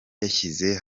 yashyize